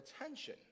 attention